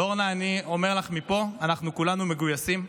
אורנה, אני אומר לך מפה, אנחנו כולנו מגויסים.